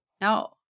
No